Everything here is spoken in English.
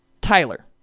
tyler